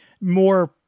more